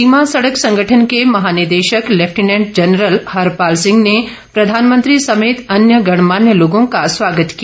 सीमा सड़क संगठन के महानिदेशक लेफ्टिनेंट जनरल हरपाल सिंह ने प्रधानमंत्री समेत अन्य गणमान्य लोगों का स्वागत किया